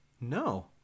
no